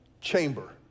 chamber